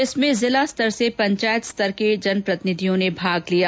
इसमें जिला स्तर से पंचायत स्तर तक के जनप्रतिनिधियों ने भाग लिया